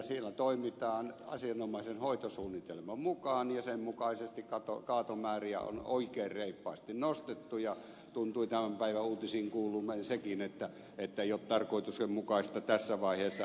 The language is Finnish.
siellä toimitaan asianomaisen hoitosuunnitelman mukaan ja sen mukaisesti kaatomääriä on oikein reippaasti nostettu ja tuntui tämän päivän uutisiin kuuluneen sekin että ei ole tarkoituksenmukaista tässä vaiheessa enää